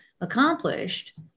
accomplished